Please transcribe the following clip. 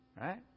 Right